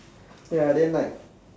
ya then like